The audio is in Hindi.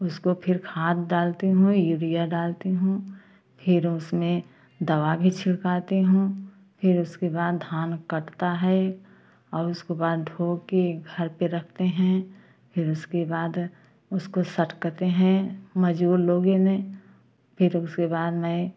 उसको फिर खाद डालती हूँ यूरिया डालती हूँ फिर उसमें दवा भी छिड़कती हूँ फिर उसके बाद धान कटता है और उसको बाद ढोके घर पर रखते हैं फिर उसके बाद उसको सटकते हैं मजूर लोग इन्हें फिर उसके बाद मैं